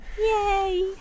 Yay